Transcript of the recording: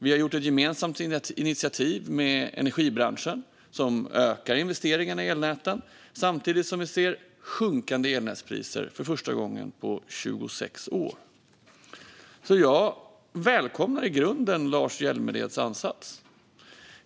Vi har tagit ett gemensamt initiativ med energibranschen som ökar investeringarna i elnäten samtidigt som vi ser sjunkande elnätspriser för första gången på 26 år. Jag välkomnar i grunden Lars Hjälmereds ansats.